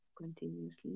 continuously